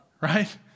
right